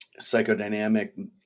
psychodynamic